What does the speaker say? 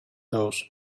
those